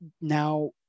Now